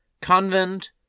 convent